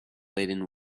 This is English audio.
laden